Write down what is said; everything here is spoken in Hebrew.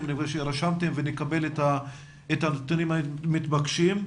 ואני מבין שרשמתם ונקבל את הנתונים המתבקשים.